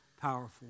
powerful